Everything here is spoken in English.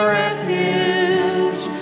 refuge